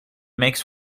makes